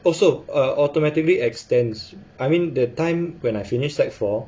also uh automatically extends I mean that time when I finished sec four